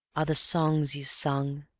are the songs you sung